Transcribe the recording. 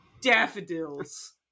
Daffodils